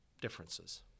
differences